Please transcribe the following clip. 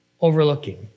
overlooking